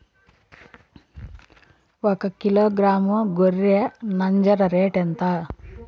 ఒకకిలో గ్రాము గొర్రె నంజర రేటు ఎంత?